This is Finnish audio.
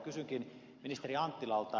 kysynkin ministeri anttilalta